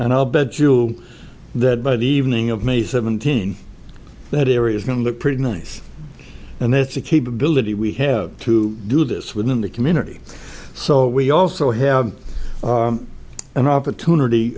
and i'll bet you that by the evening of may seventeenth that area is going to look pretty nice and that's a capability we have to do this within the community so we also have an opportunity